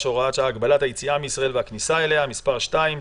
(הוראת שעה) (הגבלת היציאה מישראל והכניסה אליה) (מס' 2),